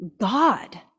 God